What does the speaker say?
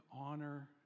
honor